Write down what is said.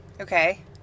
okay